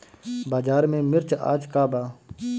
बाजार में मिर्च आज का बा?